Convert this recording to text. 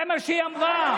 זה מה שהיא אמרה.